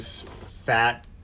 fat